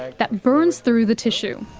that burns through the tissue.